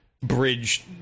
bridge